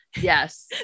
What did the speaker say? Yes